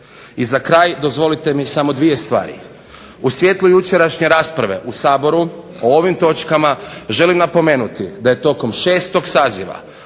I za kraj dozvolite mi samo dvije stvari. U svjetlu jučerašnje rasprave u Saboru o ovim točkama želim napomenuti da je tokom 6. saziva